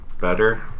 better